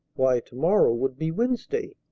why, to-morrow would be wednesday!